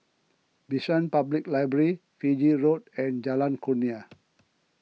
Bishan Public Library Fiji Road and Jalan Kurnia